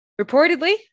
Reportedly